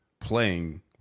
playing